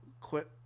quit